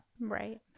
right